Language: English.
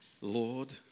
Lord